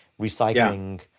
recycling